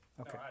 okay